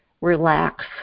relax